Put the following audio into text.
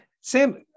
Sam